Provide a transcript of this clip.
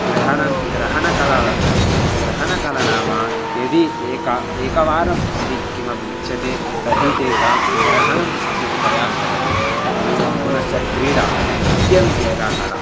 ग्रहणं ग्रहणकला वर्तते ग्रहणकला नाम यदि एका एकवारं यदि किमपि उच्यते तर्हि तेषां ग्रहणं सम्यक्तया भवति पुनः पुनश्च क्रीडा नृत्यमिति एका कला